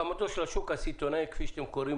הקמתו של השוק הסיטונאי כפי שאתם קוראים